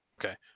Okay